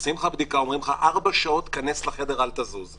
עושים לך בדיקה ואומרים לך: ארבע שעות תיכנס לחדר ואל תזוז.